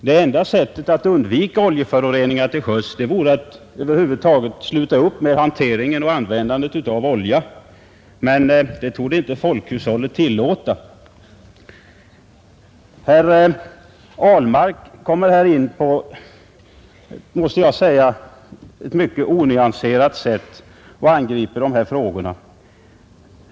Det enda sättet att undvika oljeföroreningar till sjöss vore att över huvud taget sluta upp med användandet av olja, men det torde inte folkhushållet tillåta. Herr Ahlmark kommer här in på — det måste jag säga — ett mycket onyanserat sätt och angriper frågorna.